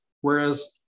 Whereas